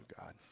God